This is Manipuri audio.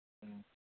ꯎꯝ